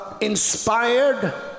inspired